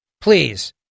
please